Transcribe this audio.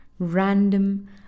random